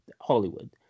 Hollywood